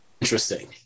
interesting